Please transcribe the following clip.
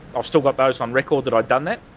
i've still got those on record that i'd done that.